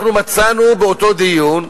מצאנו באותו דיון,